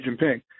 Jinping